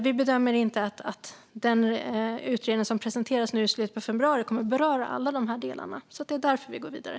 Vi bedömer inte att den utredning som presenteras nu i slutet av februari kommer att beröra alla de här delarna, så det är därför vi går vidare.